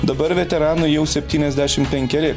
dabar veteranui jau septyniasdešim penkeri